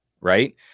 right